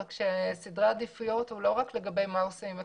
רק שסדרי העדיפויות הם לא רק לגבי מה עושים עם הכסף,